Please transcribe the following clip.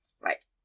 Right